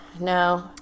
No